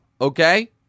Okay